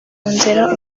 nzira